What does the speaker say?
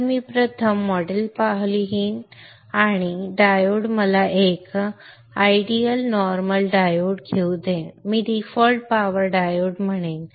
तर मी प्रथम मॉडेल लिहू आणि डायोड एक सामान्य आदर्श डायोड घेऊ डीफॉल्ट पॉवर डायोड म्हणेन